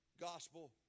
gospel